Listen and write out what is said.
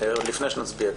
עוד לפני שנצביע,